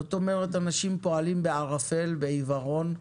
זאת אומרת אנשים פועלים בערפל, בעיוורון,